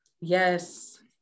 Yes